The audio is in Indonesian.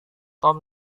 tom